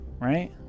right